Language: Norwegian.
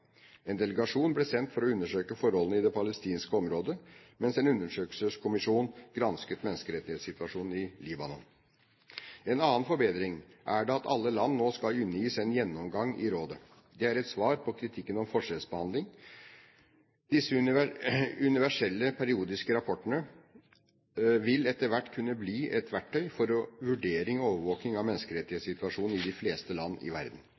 En delegasjon ble sendt for å undersøke forholdene i det palestinske området, mens en undersøkelseskommisjon gransket menneskerettighetssituasjonen i Libanon. En annen forbedring er at alle land nå skal undergis en gjennomgang i rådet. Det er et svar på kritikken om forskjellsbehandling. Disse universelle, periodiske rapportene vil etter hvert kunne bli et verktøy for vurdering og overvåking av menneskerettighetssituasjonen i de fleste land i verden.